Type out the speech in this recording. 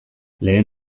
lehen